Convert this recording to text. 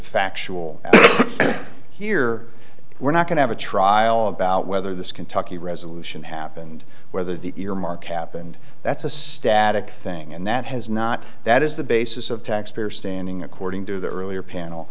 factual here we're not going to have a trial about whether this kentucky resolution happened whether the earmark happened that's a static thing and that has not that is the basis of taxpayer standing according to the earlier panel